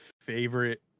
favorite